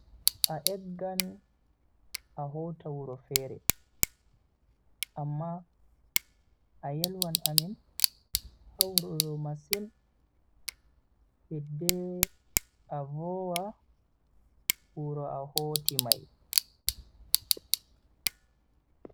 A eggan a hota wuro fere, amma a yelwan amin ha wuro do masin hidde a vowa wuro a hoti mai.